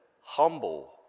Humble